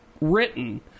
written